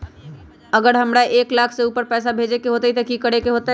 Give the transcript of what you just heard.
अगर हमरा एक लाख से ऊपर पैसा भेजे के होतई त की करेके होतय?